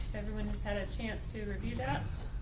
everyone has had a chance to review that.